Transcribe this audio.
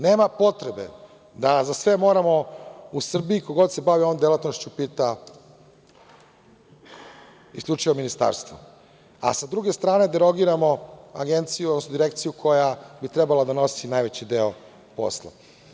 Nema potrebe da za sve moramo u Srbiji, ko god se bavi ovom delatnošću pita isključivo ministarstvo, a sa druge strane derogiramo agenciju, odnosno Direkciju koja bi trebalo da nosi najveći deo posla.